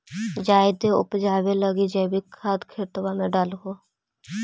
जायदे उपजाबे लगी जैवीक खाद खेतबा मे डाल हो?